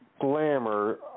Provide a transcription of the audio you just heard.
glamour